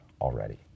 already